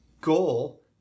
goal